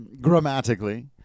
grammatically